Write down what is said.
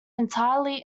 entirely